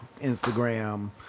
Instagram